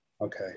Okay